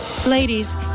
Ladies